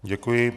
Děkuji.